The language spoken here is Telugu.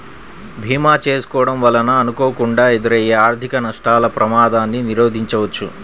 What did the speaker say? భీమా చేసుకోడం వలన అనుకోకుండా ఎదురయ్యే ఆర్థిక నష్టాల ప్రమాదాన్ని నిరోధించవచ్చు